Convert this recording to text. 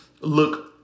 look